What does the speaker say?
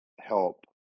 help